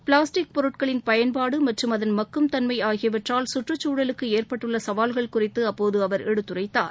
plastic பொருட்களின் பயன்பாடு மற்றும் அதன் மக்கும் தன்மை ஆகியவற்றால் சுற்றுச் சூழலுக்கு ஏற்பட்டுள்ள சவால்கள் குறித்து அப்போது அவர் எடுத்துரைத்தார்